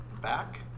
back